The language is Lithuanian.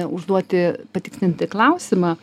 užduoti patikslinti klausimą